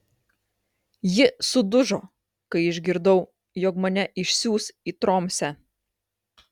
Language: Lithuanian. ji sudužo kai išgirdau jog mane išsiųs į tromsę